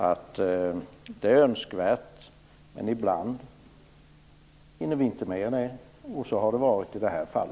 Analyser är önskvärda, men ibland hinner vi inte med dem. Så har det varit i detta fall.